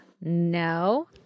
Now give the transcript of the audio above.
No